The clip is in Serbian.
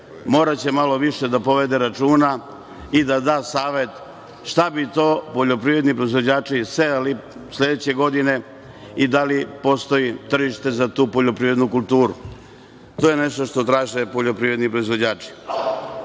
mora malo više da povede računa i da da savet šta bi to poljoprivredni proizvođači sejali sledeće godine i da li postoji tržište za tu poljoprivrednu kulturu. To je nešto što traže poljoprivredni